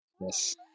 Yes